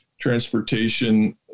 transportation